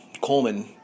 Coleman